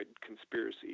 conspiracy